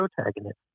protagonist